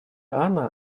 анна